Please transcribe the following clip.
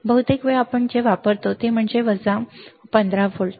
बहुतेक वेळा आपण जे वापरतो ते म्हणजे वजा 15 व्होल्ट